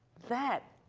that.